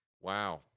Wow